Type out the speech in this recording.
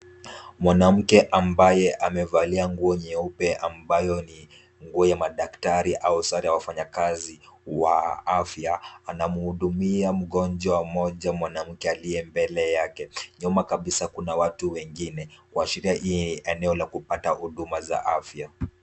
Mwanamke ambaye amevalia nguo nyeupe ambayo ni nguo ya madaktari au sare ya wafanyikazi wa afya. Anamhudimia mgonjwa mmoja mwanamke aliye mbele yake. Nyuma kabisa kuna watu wengine kuashiria hii eneo la kupata huduma za afya.